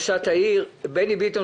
ראשת העירייה טל אוחנה, ומיכאל ביטון